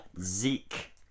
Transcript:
Zeke